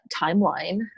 timeline